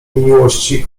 miłości